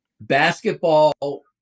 basketball